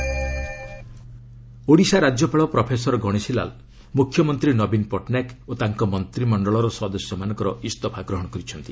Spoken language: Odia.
ଓଡ଼ିଶା ରିକାଇନ୍ ଓଡ଼ିଶା ରାଜ୍ୟପାଳ ପ୍ରଫେସର ଗଣେଶି ଲାଲ୍ ମ୍ରଖ୍ୟମନ୍ତ୍ରୀ ନବିନ ପଟ୍ଟନାୟକ ଓ ତାଙ୍କ ମନ୍ତ୍ରିମଣ୍ଡଳର ସଦସ୍ୟମାନଙ୍କର ଇସ୍ତଫା ଗ୍ରହଣ କରିଛନ୍ତି